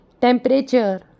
Temperature